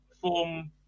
form